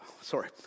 sorry